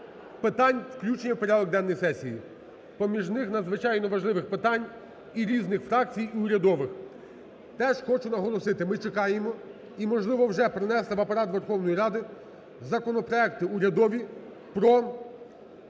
питань включення в порядок денний сесії. Поміж них надзвичайно важливих питань і різних фракцій, і урядових. Те ж хочу наголосити, ми чекаємо і, можливо, вже принесли в Апарат Верховної Ради законопроекти урядові про